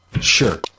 Sure